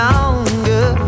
Longer